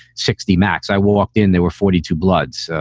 sixty max. i walked in. there were forty two bloods, so